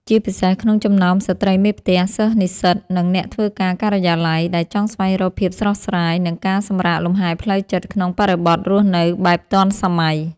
ជាពិសេសក្នុងចំណោមស្រ្តីមេផ្ទះ សិស្សនិស្សិត និងអ្នកធ្វើការការិយាល័យ ដែលចង់ស្វែងរកភាពស្រស់ស្រាយ និងការសម្រាកលំហែផ្លូវចិត្តក្នុងបរិបទរស់នៅបែបទាន់សម័យ។